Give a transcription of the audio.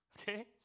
okay